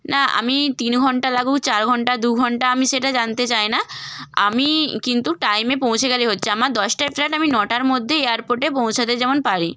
না আমি তিন ঘণ্টা লাগুক চার ঘণ্টা দুঘণ্টা আমি সেটা জানতে চাই না আমি কিন্তু টাইমে পৌঁছে গেলেই হচ্ছে আমার দশটায় ফ্লাইট আমি নটার মধ্যে এয়ারপোর্টে পৌঁছাতে যেমন পারি